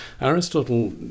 aristotle